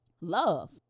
love